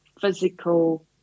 physical